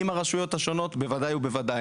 עם הרשויות השונות בוודאי ובוודאי.